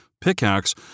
pickaxe